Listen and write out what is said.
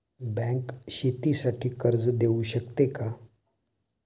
Bank शेतीसाठी कर्ज देऊ शकते का?